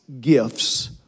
Gifts